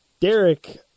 Derek